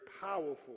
powerful